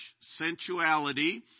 sensuality